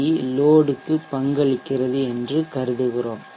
we லோட்க்கு பங்களிக்கிறது என்று கருதுகிறோம்